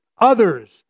others